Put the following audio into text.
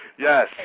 Yes